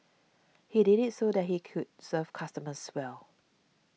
he did it so that he could serve customers well